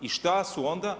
I šta su onda?